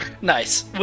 Nice